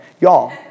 Y'all